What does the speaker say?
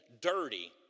dirty